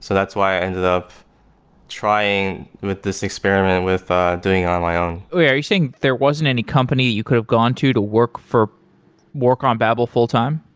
so that's why i ended up trying with this experiment with doing on my own wait, are you saying there wasn't any company you could have gone to, to work for work on babel full-time?